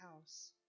house